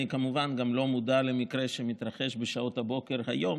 אני כמובן גם לא מודע למקרה שהתרחש בשעות הבוקר היום,